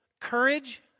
courage